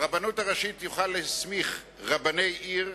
הרבנות הראשית תוכל להסמיך רבני עיר,